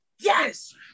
Yes